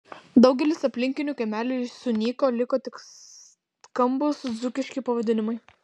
daugelis aplinkinių kaimelių sunyko liko tik skambūs dzūkiški pavadinimai